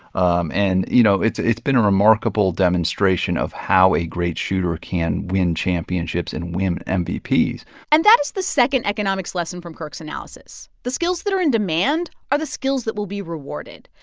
um and, you know, it's it's been a remarkable demonstration of how a great shooter can win championships and win and mvp and that is the second economics lesson from kirk's analysis. the skills that are in demand are the skills that will be rewarded.